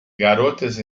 garotas